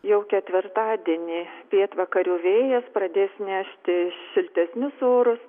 jau ketvirtadienį pietvakarių vėjas pradės nešti šiltesnius orus